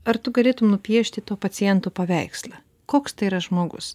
ar tu galėtum nupiešti to paciento paveikslą koks tai yra žmogus